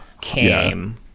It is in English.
came